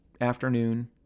afternoon